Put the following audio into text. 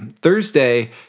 Thursday